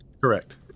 Correct